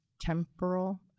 temporal